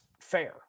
fair